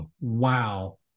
Wow